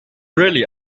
really